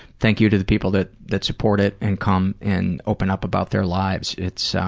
thank you to the people that that support it and come and open up about their lives. it's. so